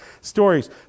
stories